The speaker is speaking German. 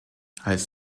als